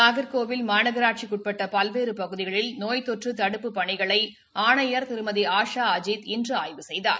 நாகர்கோவில் மாநாகராட்சிக்கு உட்பட்ட பல்வேறு பகுதிகளில் நோய் தடுப்புப் பணிகளில் ஆணையர் திருமதி ஆஷா அஜித் இன்று ஆய்வு செய்தார்